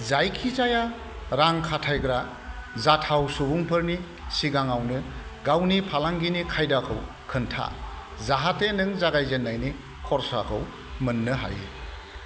जायखिजाया रां खाथायग्रा जाथाव सुबुंफोरनि सिगाङावनो गावनि फालांगिनि खायदाखौ खोन्था जाहाथे नों जागायजेन्नायनि खरसाखौ मोन्नो हायो